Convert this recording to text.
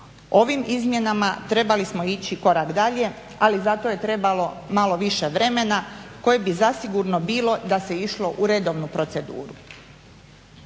Ovim izmjenama trebali smo ići korak dalje ali zato je trebalo malo više vremena kojeg bi zasigurno bilo da se išlo u redovnu proceduru.